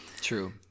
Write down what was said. True